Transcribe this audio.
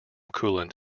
coolant